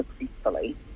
successfully